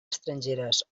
estrangeres